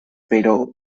pero